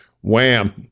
wham